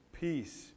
peace